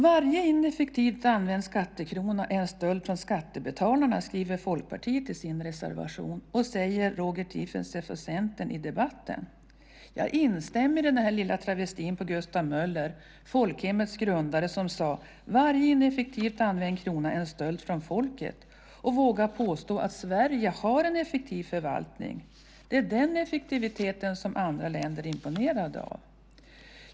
Varje ineffektivt använd skattekrona är en stöld från skattebetalarna, skriver Folkpartiet i sin reservation och det säger också Roger Tiefensee från Centern i debatten. Jag instämmer i denna lilla travesti på Gustav Möller, folkhemmets grundare som sade: Varje ineffektivt använd krona är en stöld från folket. Jag vågar påstå att Sverige har en effektiv förvaltning. Det är den effektiviteten som andra länder är imponerade av.